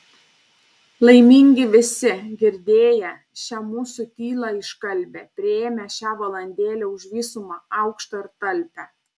laimingi visi girdėję šią mūsų tylą iškalbią priėmę šią valandėlę už visumą aukštą ir talpią